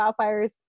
wildfires